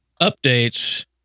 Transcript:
updates